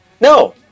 No